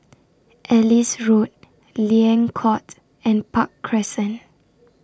Ellis Road Liang Court and Park Crescent